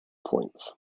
points